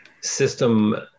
system